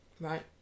Right